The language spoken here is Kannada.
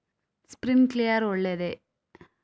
ಸ್ಪಿರಿನ್ಕ್ಲೆರ್ ಒಳ್ಳೇದೇ?